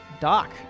Doc